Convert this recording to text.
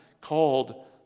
called